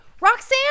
Roxanne